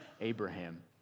Abraham